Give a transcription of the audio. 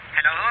Hello